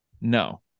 No